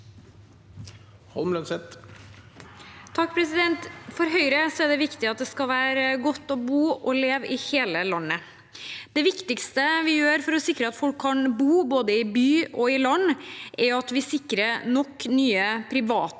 (H) For Høyre er det viktig at det skal være godt å bo og leve i hele landet. Det viktigste vi gjør for å sikre at folk kan bo i både by og land, er at vi sikrer nok nye private